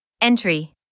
Entry